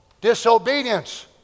Disobedience